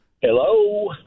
Hello